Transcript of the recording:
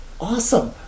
awesome